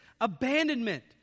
abandonment